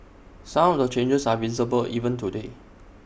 some of the changes are visible even today